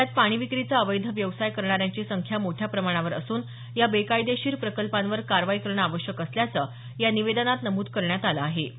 जिल्ह्यात पाणी विक्रीचा अवैध व्यवसाय करणाऱ्यांची संख्या मोठ्या प्रमाणावर असून या बेकायदेशीर प्रकल्पांवर कारवाई करणं आवश्यक असल्याचं या निवेदनात नमूद करण्यात आलं आहे